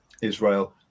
Israel